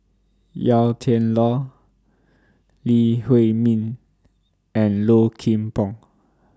Yau Tian Lau Lee Huei Min and Low Kim Pong